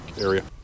area